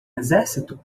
exército